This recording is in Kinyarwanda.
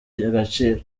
agaciro